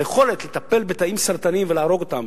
היכולת לטפל בתאים סרטניים ולהרוג אותם,